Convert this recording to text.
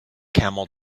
camel